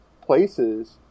places